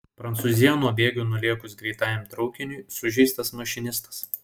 prancūzijoje nuo bėgių nulėkus greitajam traukiniui sužeistas mašinistas